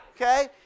Okay